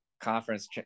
conference